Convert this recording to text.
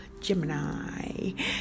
Gemini